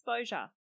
exposure